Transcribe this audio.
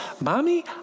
mommy